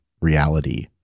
reality